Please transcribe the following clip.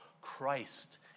Christ